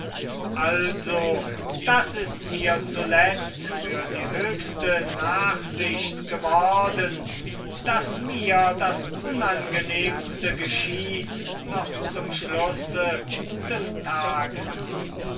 also das ist mir zuletzt für die höchste nachsicht geworden daß mir das unangenehmste geschieht noch zum schlusse des tages